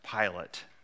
Pilate